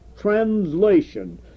translation